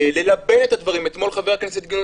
ללבן את הדברים אתמול חבר הכנסת גדעון